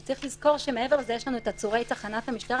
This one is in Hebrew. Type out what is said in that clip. וצריך לזכור שמעבר לזה יש לנו את עצורי תחנת המשטרה,